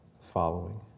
following